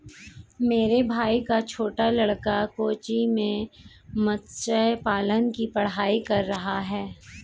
मेरे भाई का छोटा लड़का कोच्चि में मत्स्य पालन की पढ़ाई कर रहा है